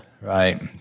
Right